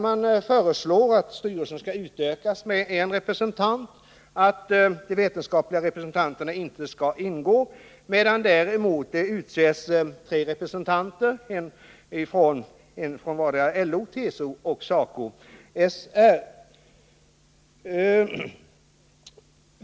Man förutsätter att styrelsen skall utökas med en representant, att de vetenskapliga representanterna inte skall ingå medan däremot skall utses tre representanter, en från vardera LO, TCO och SACO/SR.